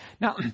Now